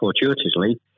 fortuitously